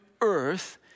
earth